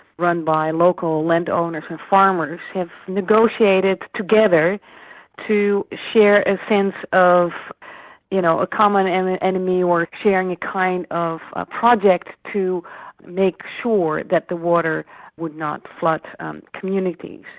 run by local landowners and farmers, have negotiated together to share a sense and of you know a common and ah enemy or sharing a kind of ah project to make sure that the water would not flood um communities.